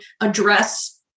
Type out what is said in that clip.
address